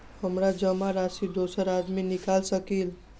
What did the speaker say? हमरा जमा राशि दोसर आदमी निकाल सकील?